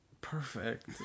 perfect